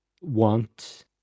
want